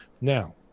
Now